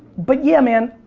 but, yeah, man,